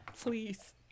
please